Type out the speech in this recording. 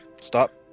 Stop